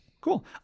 Cool